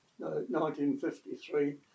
1953